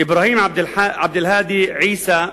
אברהים עבד-אלחמאד עיסא,